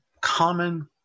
common